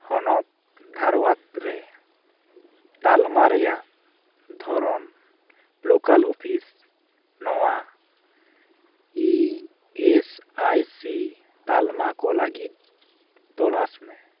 ᱦᱚᱱᱚᱛ ᱫᱷᱟᱨᱣᱟᱛ ᱨᱮ ᱛᱟᱞᱢᱟ ᱨᱮᱭᱟᱜ ᱫᱷᱚᱨᱚᱱ ᱞᱳᱠᱟᱞ ᱚᱯᱷᱤᱥ ᱱᱚᱣᱟ ᱤ ᱮᱥ ᱟᱭ ᱥᱤ ᱛᱟᱞᱢᱟ ᱠᱚ ᱞᱟᱜᱤᱫ ᱛᱚᱞᱟᱥ ᱢᱮ